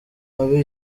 mabi